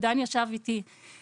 עידן ישב איתי,